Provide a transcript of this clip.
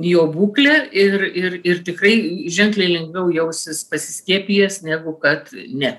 jo būklė ir ir ir tikrai ženkliai lengviau jausis pasiskiepijęs negu kad ne